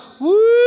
Woo